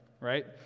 right